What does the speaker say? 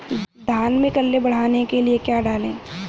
धान में कल्ले बढ़ाने के लिए क्या डालें?